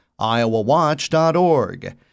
iowawatch.org